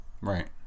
Right